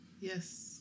Yes